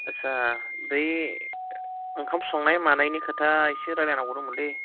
आस्सा बै ओंखाम संनाय मानायनि खोथा एसे रायज्लायनांगौ दंमोनलै